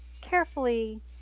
carefully